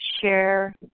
share